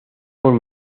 con